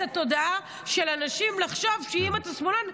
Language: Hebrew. התודעה של אנשים לחשוב שאם אתה שמאלן,